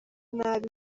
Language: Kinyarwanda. nabi